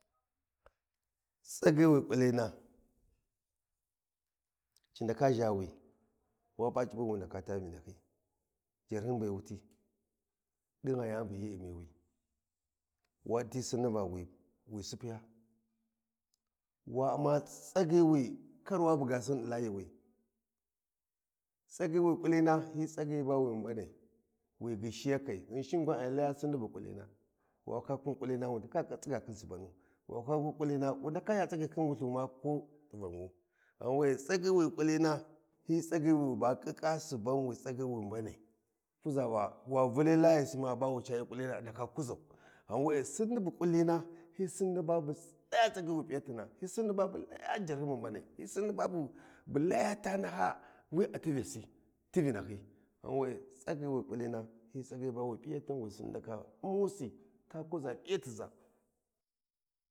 Tsaghi wi kulina ci ndake zhawi, wa p’a cimi wu nadake ta vinahi javhin be wuti din gha yani buhi umiwi wa diti sinnii va wi sipiya wa u’ma tsagyai wi kar wa buga sinni di layiwi tsaghi wi kulina hi tsaghi bawi mbanai wi gyishiyakai ghinshin gwan ai laya sinni bu kulina wa kwa khin kulina wu ndake iya tsaghi khin subanu wa kwa khin kulina wu ndaka iya tsaghi khi wulltu ma ko tivanwi ghan we’e tsaghi wi kuline hi tsaghi wi ba khika subani wi tsagyi wi mbani kuza vawa vuli layasi maba wu layi kulina a ndake kuzau ghan we’e sinni bu kulina hi sinni ba bu laya tsagyi wi p;iyati hi sinni babu laya ta naha wi’a ti hesitation a ti vinahi ghan we’e tsagyi wi kulina hi tsagyi wi sinni ndake ndaka umusi ta kuza p’iyatna